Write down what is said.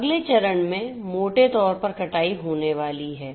अगले चरण में मोटे तौर पर कटाई होने वाली है